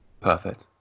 perfect